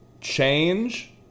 change